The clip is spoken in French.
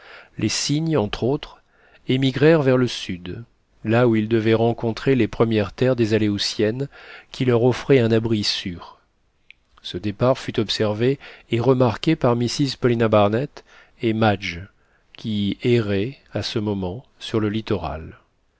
les cygnes entre autres émigrèrent vers le sud là où ils devaient rencontrer les premières terres des aléoutiennes qui leur offraient un abri sûr ce départ fut observé et remarqué par mrs paulina barnett et madge qui erraient à ce moment sur le littoral